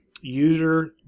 user